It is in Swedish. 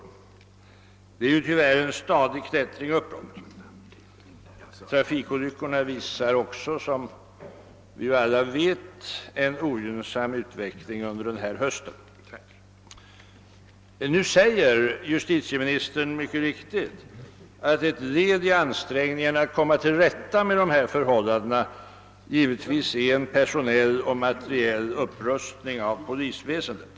Det är tyvärr en stadig klättring uppåt. Som alla vet visar också trafikolyckorna en ogynnsam utveckling under denna höst. Nu säger justitieministern mycket riktigt att ett led i ansträngningarna att komma till rätta med dessa missförhål landen är en personell och materiell upprustning av polisväsendet.